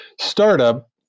startup